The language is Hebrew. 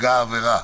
נפגע עבירה,